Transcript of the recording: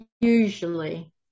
Usually